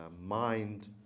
Mind